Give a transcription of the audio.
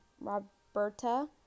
Roberta